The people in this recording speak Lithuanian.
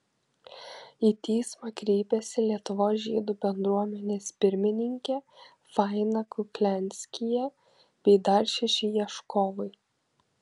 į teismą kreipėsi lietuvos žydų bendruomenės pirmininkė faina kuklianskyje bei dar šeši ieškovai